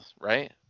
right